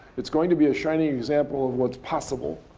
it's going to be a shining example of what's possible.